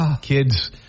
Kids